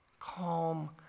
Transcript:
Calm